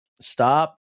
Stop